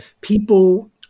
People